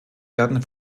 werden